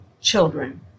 children